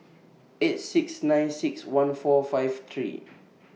eight six nine six one four five three